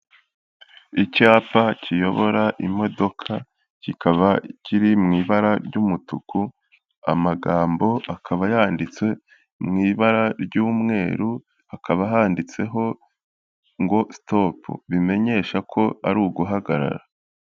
Icyapa kiyobora imodoka, kikaba kiri mu ibara ry'umutuku, amagambo akaba yanditse mu ibara ry'umweru, hakaba handitseho ngo sitopu. Bimenyesha ko ari uguhagarara.